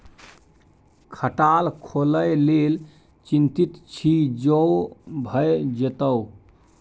खटाल खोलय लेल चितिंत छी जो भए जेतौ